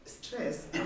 stress